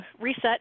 reset